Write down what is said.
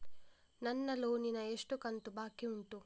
ನನ್ನ ಲೋನಿನ ಎಷ್ಟು ಕಂತು ಬಾಕಿ ಉಂಟು?